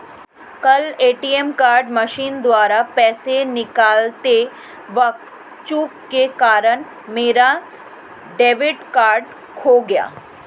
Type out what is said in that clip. कल ATM machine द्वारा पैसे निकालते वक़्त चूक के कारण मेरा डेबिट कार्ड खो गया